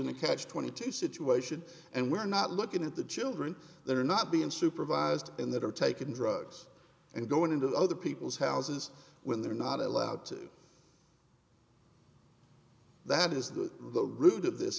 in a catch twenty two situation and we're not looking at the children that are not being supervised in that are taken drugs and going into other people's houses when they're not allowed to do that is that the root of this